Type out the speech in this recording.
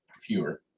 Fewer